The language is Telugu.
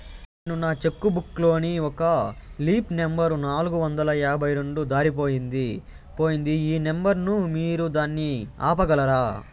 నేను నా చెక్కు బుక్ లోని ఒక లీఫ్ నెంబర్ నాలుగు వందల యాభై రెండు దారిపొయింది పోయింది ఈ నెంబర్ ను మీరు దాన్ని ఆపగలరా?